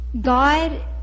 God